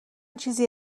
چیزی